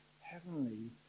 heavenly